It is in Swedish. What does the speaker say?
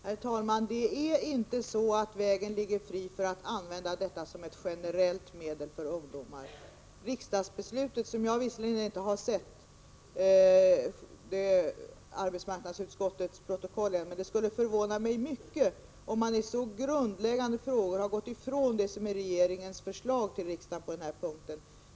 Herr talman! Det är inte så att vägen ligger fri för att använda rekryteringsstödet som ett generellt medel för ungdomar. Jag har visserligen inte sett arbetsmarknadsutskottets betänkande, men det skulle förvåna mig mycket om utskottet i en så grundläggande fråga har gått ifrån det som är regeringens förslag till riksdgen på denna punkt.